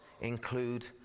include